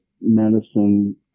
medicine